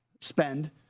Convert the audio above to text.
spend